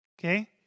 Okay